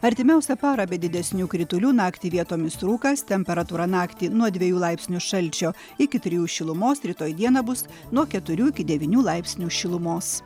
artimiausią parą be didesnių kritulių naktį vietomis rūkas temperatūra naktį nuo dviejų laipsnių šalčio iki trijų šilumos rytoj dieną bus nuo keturių iki devynių laipsnių šilumos